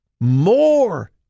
more